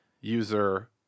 user